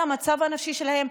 על המצב הנפשי שלהם.